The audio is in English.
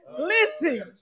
Listen